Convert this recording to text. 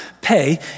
pay